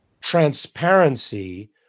transparency